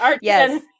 yes